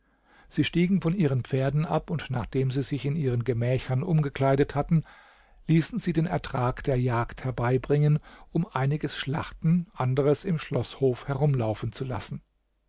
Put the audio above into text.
sie stiegen von ihren pferden ab und nachdem sie sich in ihren gemächern umgekleidet hatten ließen sie den ertrag der jagd herbeibringen um einiges schlachten anderes im schloßhof herumlaufen zu lassen